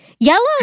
Yellow